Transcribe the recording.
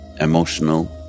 emotional